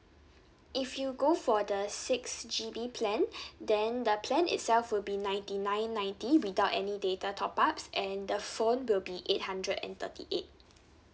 if you go for the six G_B plan then the plan itself will be ninety nine ninety without any data top ups and the phone will be eight hundred and thirty eight